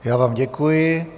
Já vám děkuji.